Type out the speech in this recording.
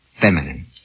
feminine